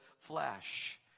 flesh